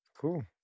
Cool